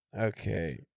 okay